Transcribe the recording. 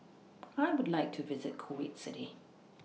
I Would like to visit Kuwait City